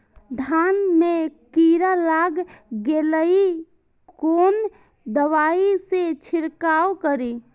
धान में कीरा लाग गेलेय कोन दवाई से छीरकाउ करी?